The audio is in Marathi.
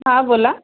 हां बोला